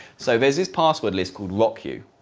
so there's this password list called rockyou,